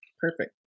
Perfect